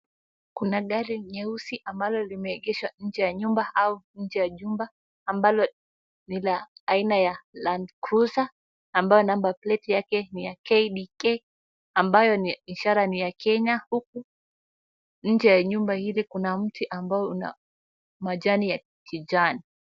Kuna gari nyeusi ambalo limeegeshwa nje ya nyumba au nje ya jumba ambalo ni la aina ya Landcruiser ambayo number plate yake ni ya KDK ambayo ni ishara ni ya Kenya huku nje ya nyumba hili pia kuna mti ambao lina majani ya kijani.